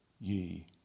ye